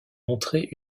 montré